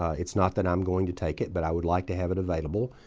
it's not that i'm going to take it, but i would like to have it available.